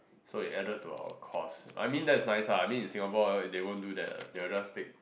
so it added to our cost I mean that's nice ah I mean in Singapore they won't do that they will just take